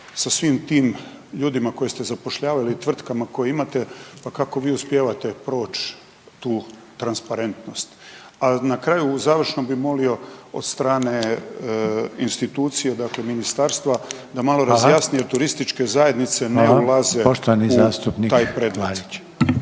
sa svim tim ljudima koje ste zapošljavali i tvrtkama koje imate, pa kako vi uspijevate proći tu transparentnost. A na kraju u završnom bih molio od strane institucije, dakle ministarstva da malo razjasne turističke zajednice ne ulaze u taj prednatječaj.